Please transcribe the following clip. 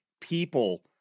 people